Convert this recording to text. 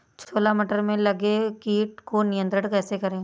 छोला मटर में लगे कीट को नियंत्रण कैसे करें?